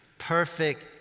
perfect